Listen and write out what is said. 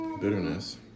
bitterness